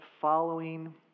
following